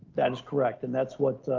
that is correct. and that's what